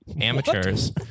amateurs